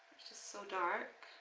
just so dark